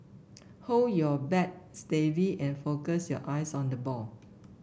hold your bat steady and focus your eyes on the ball